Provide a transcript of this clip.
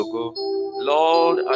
Lord